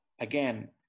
again